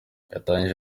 yatangije